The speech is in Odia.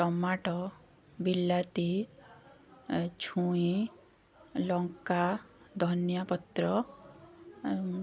ଟମାଟୋ ବିଲାତି ଛୁଇଁ ଲଙ୍କା ଧନିଆପତ୍ର ଆଉ